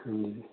ਹਾਂਜੀ